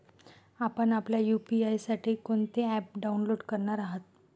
आपण आपल्या यू.पी.आय साठी कोणते ॲप डाउनलोड करणार आहात?